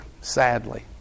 sadly